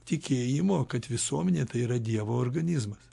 tikėjimo kad visuomenė tai yra dievo organizmas